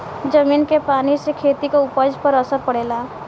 जमीन के पानी से खेती क उपज पर असर पड़ेला